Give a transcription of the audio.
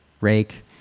rake